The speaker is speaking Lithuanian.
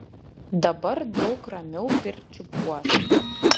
dabar daug ramiau pirčiupiuos